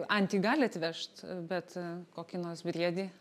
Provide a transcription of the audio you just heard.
antį gali atvežt bet kokį nors briedį